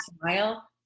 smile